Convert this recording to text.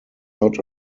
not